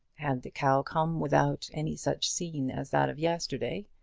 had the cow come without any such scene as that of yesterday,